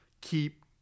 keep